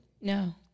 No